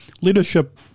leadership